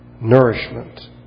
nourishment